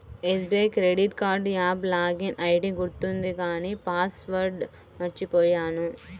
SBI credit card app login ID గుర్తుంది కానీ password మర్చిపొయ్యాను